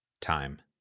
Time